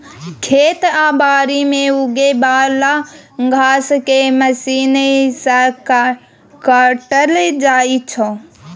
खेत आ बारी मे उगे बला घांस केँ मशीन सँ काटल जाइ छै